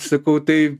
sakau tai